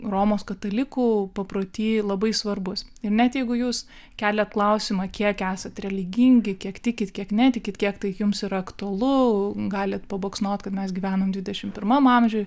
romos katalikų paproty labai svarbus ir net jeigu jūs keliat klausimą kiek esat religingi kiek tikit kiek netikit kiek tai jums yra aktualu galit pabaksnot kad mes gyvename dvidešimt pirmam amžiuj